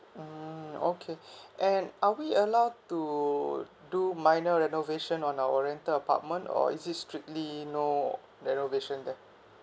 mmhmm okay and are we allowed to do minor renovation on our rental apartment or is it strictly no renovation there